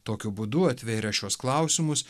tokiu būdu atvėrę šiuos klausimus